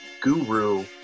guru